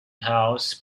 house